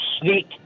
sneak